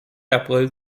april